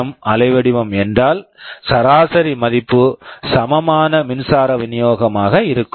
M PWM அலைவடிவம் என்றால் சராசரி மதிப்பு சமமான மின்சார விநியோகமாக இருக்கும்